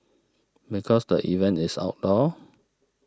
because the event is outdoors